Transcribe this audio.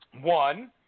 One